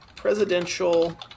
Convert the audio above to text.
Presidential